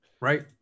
right